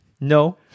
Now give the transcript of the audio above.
No